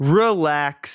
relax